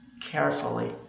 carefully